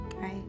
Right